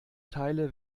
teile